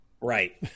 Right